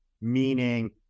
meaning